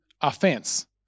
offense